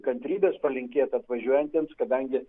kantrybės palinkėt atvažiuojantiems kadangi